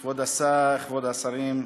כבוד השר, כבוד השרים,